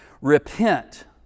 repent